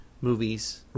movies